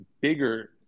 bigger